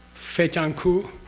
feichang cool?